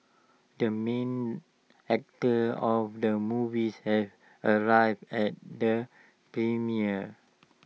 the main actor of the movies have arrived at the premiere